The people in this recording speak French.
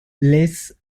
lès